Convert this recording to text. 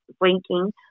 blinking